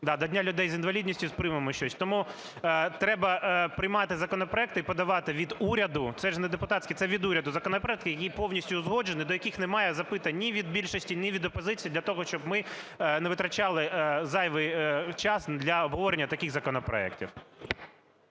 до Дня людей з інвалідністю, приймемо щось. Тому треба приймати законопроекти і подавати від уряду, це ж не депутатський, це від уряду, законопроект, який повністю узгоджений, до яких немає запитань не від більшості, не від опозиції для того, щоб ми не витрачали зайвий час для обговорення таких законопроектів.